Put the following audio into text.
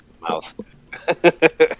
mouth